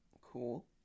Cool